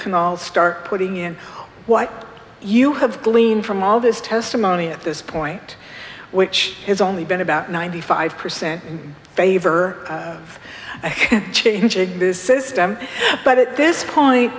can all start putting in what you have gleaned from all this testimony at this point which has only been about ninety five percent favor of this system but at this point